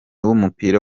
w’umupira